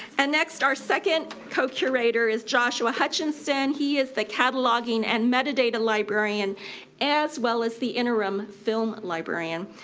and next, our second co-curator is joshua hutchinson he is the cataloging and metadata librarian as well as the interim film librarian.